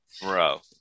Bro